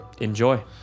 Enjoy